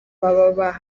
baba